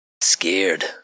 Scared